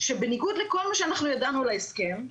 שבניגוד לכל מה שאנחנו ידענו על ההסכם,